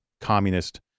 communist